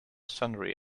sundry